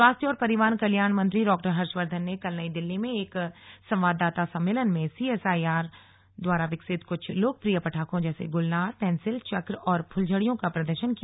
स्वास्थ्य और परिवार कल्याण मंत्री डा हर्षवर्धन ने कल नई दिल्ली में एक संवाददाता सम्मेलन में सीएसआईआर द्वारा विकसित कुछ लोकप्रयि पटाखों जैसे गुलनार पेंसिल चक्र और फुलझड़ियों का प्रदर्शन किया